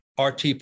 RT